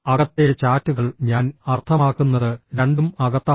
അകത്തെ ചാറ്റുകൾ ഞാൻ അർത്ഥമാക്കുന്നത് രണ്ടും അകത്താണ്